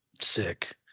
sick